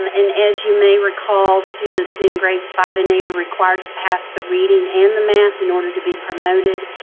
um and, as you may recall, students in grades five and eight are required to pass the reading and the math in order to be promoted,